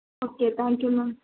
okay thank you ma'am